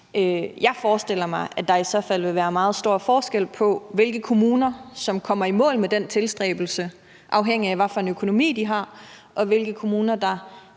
jeg forestiller mig, at der i så fald vil være meget stor forskel på, hvilke kommuner som kommer i mål med den tilstræbelse, afhængig af hvad for en økonomi de har, og hvilke kommuner der